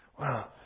Wow